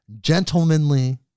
gentlemanly